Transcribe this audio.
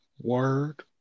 Word